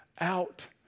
out